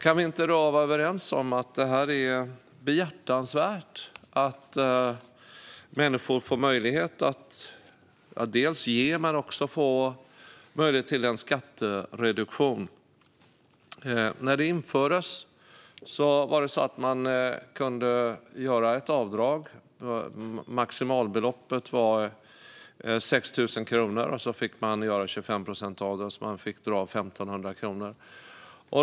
Kan vi inte vara överens om att det är behjärtansvärt att människor får inte bara möjlighet att ge utan också möjlighet till en skattereduktion? När detta infördes var det maximala beloppet 6 000 kronor, och så fick man göra avdrag för 25 procent. Man fick alltså dra av 1 500 kronor.